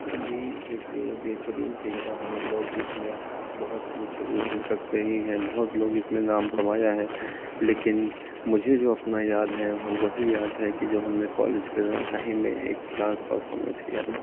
بھی ایک بہترین پیشہ ہے لوگ اس میں بہت اونچے اونچے تک گئے ہیں بہت لوگ اس میں نام کمایا ہے لیکن مجھے جو اپنا یاد ہے وہ وہی یاد ہے کہ جب ہم نے کالج کے ٹائم میں ایک ڈانس پرفارمینس کیا تھا